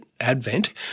Advent